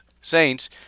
Saints